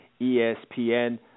ESPN